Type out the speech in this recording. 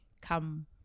come